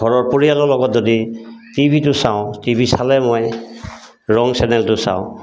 ঘৰৰ পৰিয়ালৰ লগত যদি টি ভিটো চাওঁ টি ভি চালে মই ৰং চেনেলটো চাওঁ